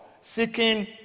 seeking